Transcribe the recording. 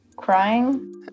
Crying